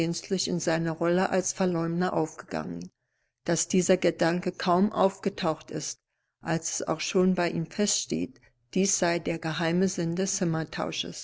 in seiner rolle als verleumder aufgegangen daß dieser gedanke kaum aufgetaucht ist als es auch schon bei ihm feststeht dies sei der geheime sinn des